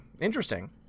Interesting